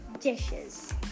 dishes